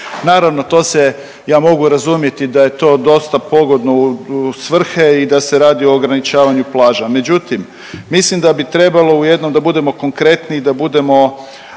Naravno to se, ja mogu razumjeti da je to dosta pogodno u svrhe i da se radi o ograničavanju plaža. Međutim, mislim da bi trebalo u jednom, da budemo konkretni, da budemo